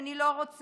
שאני לא רוצה,